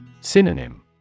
Synonym